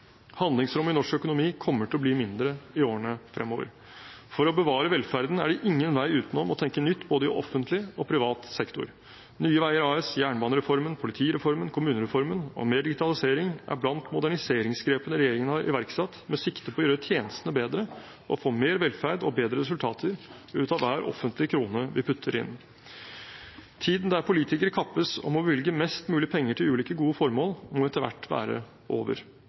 Handlingsrommet i norsk økonomi kommer til å bli mindre i årene fremover. For å bevare velferden er det ingen vei utenom å tenke nytt både i offentlig og i privat sektor. Nye Veier AS, jernbanereformen, politireformen, kommunereformen og mer digitalisering er blant moderniseringsgrepene regjeringen har iverksatt med sikte på å gjøre tjenestene bedre og få mer velferd og bedre resultater ut av hver offentlig krone vi putter inn. Tiden da politikere kappes om å bevilge mest mulig penger til ulike gode formål, må etter hvert være over.